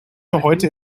heute